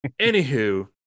Anywho